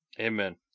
Amen